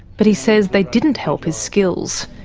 but he says they didn't help his skills.